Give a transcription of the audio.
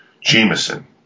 Jameson